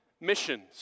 missions